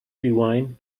rewind